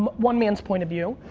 um one man's point of view.